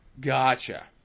Gotcha